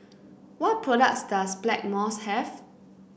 what products does Blackmores have